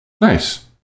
Nice